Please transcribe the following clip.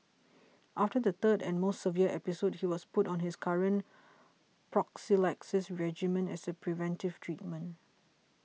after the third and most severe episode he was put on his current prophylaxis regimen as a preventive treatment